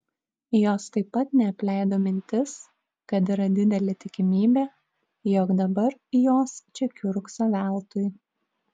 jos taip pat neapleido mintis kad yra didelė tikimybė jog dabar jos čia kiurkso veltui